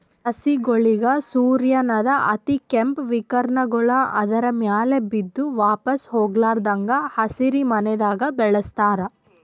ಸಸಿಗೋಳಿಗ್ ಸೂರ್ಯನ್ದ್ ಅತಿಕೇಂಪ್ ವಿಕಿರಣಗೊಳ್ ಆದ್ರ ಮ್ಯಾಲ್ ಬಿದ್ದು ವಾಪಾಸ್ ಹೊಗ್ಲಾರದಂಗ್ ಹಸಿರಿಮನೆದಾಗ ಬೆಳಸ್ತಾರ್